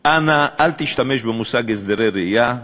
אנא, אל תשתמש במושג הסדרי ראייה,